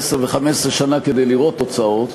עשר ו-15 שנה כדי לראות תוצאות,